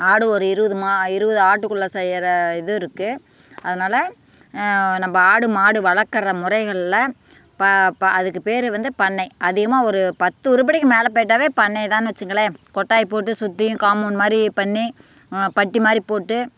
ஆடு ஒரு இருபது மா இருபது ஆட்டுக்குள்ள செய்கிற இது இருக்குது அதனால நம்ம ஆடு மாடு வளர்க்குற முறைகளில் ப ப அதுக்கு பேர் வந்து பண்ணை அதிகமாக ஒரு பத்து உறுப்படிக்கு மேலே போய்ட்டாவே பண்ணை தான்னு வச்சுங்களேன் கொட்டாய் போட்டு சுற்றியும் காமோண்ட் மாதிரி பண்ணி பட்டி மாதிரி போட்டு